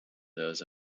those